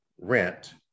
rent